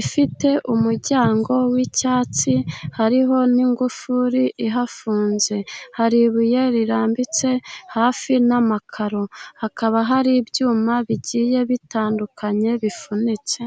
ifite umuryango w'icyatsi, hariho n'ingufuri ihafunze. Hari ibuye rirambitse hafi n'amakaro. Hakaba hari ibyuma bigiye bitandukanye bifunitse.